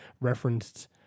referenced